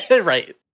Right